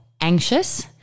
anxious